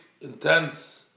intense